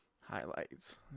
Highlights